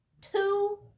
Two